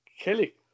Kelly